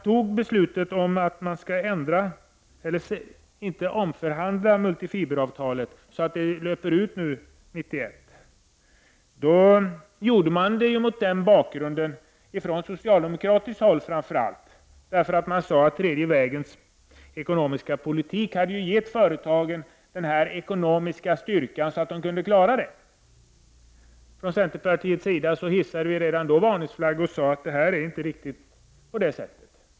När beslutet fattades om att inte omförhandla multifiberavtalet, som löper ut 1991, gjordes det mot den bakgrunden, framför allt från socialdemokratiskt håll, att den tredje vägens ekonomiska politik hade gett företagen ekonomisk styrka för att kunna klara det. Från centerpartiet hissade vi redan då varningsflagg och sade att det inte var riktigt på det sättet.